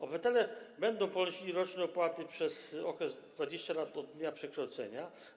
Obywatele będą ponosili roczne opłaty przez okres 20 lat od dnia przekształcenia.